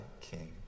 king